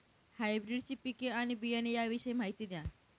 हायब्रिडची पिके आणि बियाणे याविषयी माहिती द्या